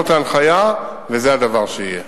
ואכן, זו ההנחיה, וזה הדבר שיהיה.